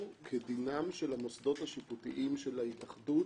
כדינם של המוסדות השיפוטיים של ההתאחדות,